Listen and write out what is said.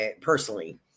personally